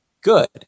good